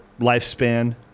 lifespan